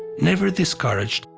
never discouraged,